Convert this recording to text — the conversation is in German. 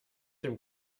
dem